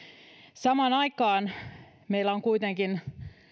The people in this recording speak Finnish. samaan aikaan meillä on kuitenkin